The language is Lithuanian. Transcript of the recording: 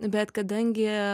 bet kadangi